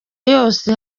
yose